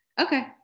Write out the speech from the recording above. Okay